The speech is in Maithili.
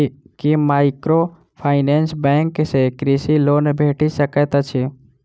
की माइक्रोफाइनेंस बैंक सँ कृषि लोन भेटि सकैत अछि?